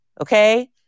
okay